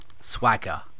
swagger